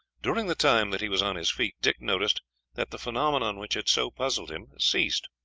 during the time that he was on his feet, dick noticed that the phenomenon which had so puzzled him ceased.